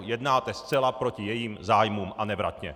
Jednáte zcela proti jejich zájmům a nevratně.